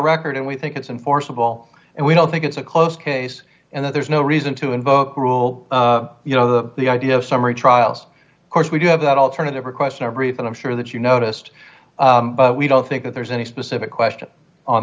record and we think it's enforceable and we don't think it's a close case and there's no reason to invoke rule you know the the idea of summary trials of course we do have that alternative a question everything i'm sure that you noticed we don't think that there's any specific question on